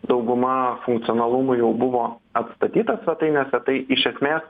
dauguma funkcionalumų jau buvo atstatyta svetainėse tai iš esmės